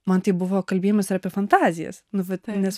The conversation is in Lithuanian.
man tai buvo kalbėjimas ir apie fantazijas nu vat nes